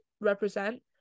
represent